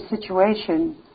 situation